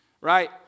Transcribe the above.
right